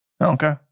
Okay